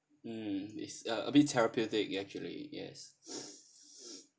mm is uh a bit therapeutic actually yes